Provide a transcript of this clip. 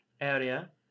area